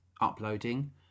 uploading